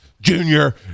Junior